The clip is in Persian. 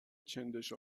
چندش